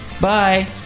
Bye